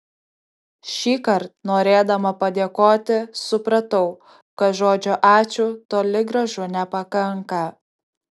šįkart norėdama padėkoti supratau kad žodžio ačiū toli gražu nepakanka